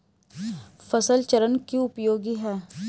फसल चरण क्यों उपयोगी है?